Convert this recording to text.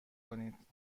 کنید